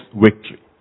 victory